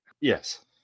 Yes